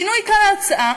שינוי כלל ההוצאה,